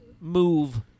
move